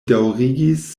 daŭrigis